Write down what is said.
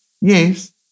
Yes